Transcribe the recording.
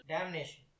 Damnation